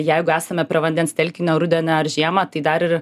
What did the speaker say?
jeigu esame prie vandens telkinio rudenį ar žiemą tai dar ir